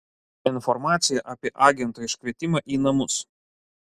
informacija apie agento iškvietimą į namus